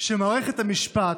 שמערכת המשפט,